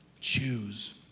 Choose